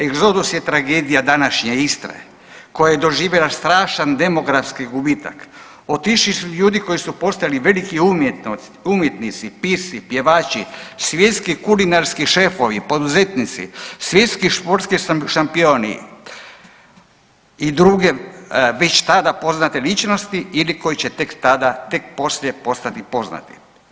Egzodus je tragedija današnje Istre koja je doživjela strašan demografski gubitak, otišli su ljudi koji su postali veliki umjetnici, pisci, pjevači, svjetski kulinarski šefovi, poduzetnici, svjetski športski šampioni i druge već tada poznate ličnosti ili koji će tek tada, tek poslije postati poznati.